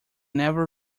never